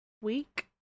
week